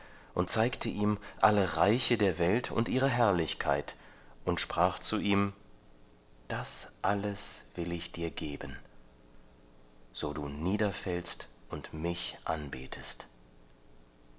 und zeigte ihm alle reiche der welt und ihre herrlichkeit und sprach zu ihm das alles will ich dir geben so du niederfällst und mich anbetest